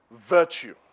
virtue